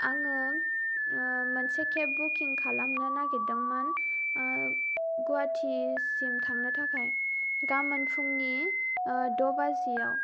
आङो ओ मोनसे केब बुकिं खालामनो नागिरदोंमोन ओ गुवाटिसिम थांनो थाखाय गामोन फुंनि द' बाजियाव